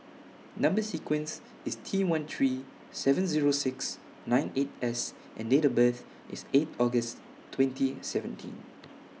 Number sequence IS T one three seven Zero six nine eight S and Date of birth IS eight August twenty seventeen